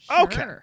Okay